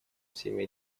всеми